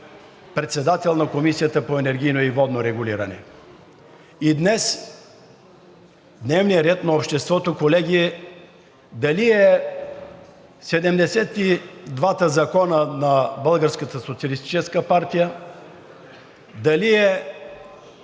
председател на Комисията за енергийно и водно регулиране. И днес дневният ред на обществото, колеги, дали е 72-та закона на Българската